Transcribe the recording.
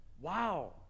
wow